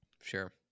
Sure